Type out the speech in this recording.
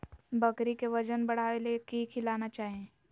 बकरी के वजन बढ़ावे ले की खिलाना चाही?